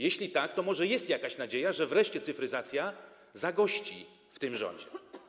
Jeśli tak, to może jest jakaś nadzieja, że wreszcie cyfryzacja zagości w tym rządzie.